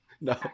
No